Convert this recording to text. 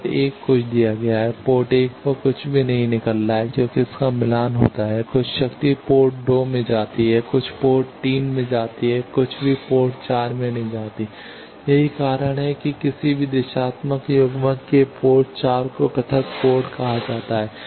port 1 कुछ दिया गया है पोर्ट 1 पर कुछ भी नहीं निकल रहा है क्योंकि इसका मिलान होता है कुछ शक्ति पोर्ट 2 में जाती है कुछ पोर्ट 3 में जाती है कुछ भी पोर्ट 4 में नहीं जाती है यही कारण है कि किसी भी दिशात्मक युग्मक के पोर्ट 4 को पृथक पोर्ट कहा जाता है